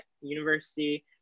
University